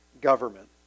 government